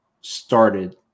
started